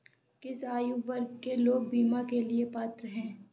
किस आयु वर्ग के लोग बीमा के लिए पात्र हैं?